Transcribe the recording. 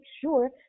sure